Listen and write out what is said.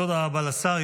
תודה רבה לשר.